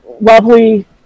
lovely